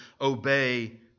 obey